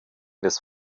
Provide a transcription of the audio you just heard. des